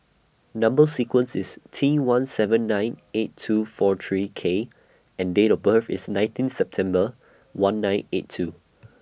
Number sequence IS T one seven nine eight two four three K and Date of birth IS nineteen September one nine eight two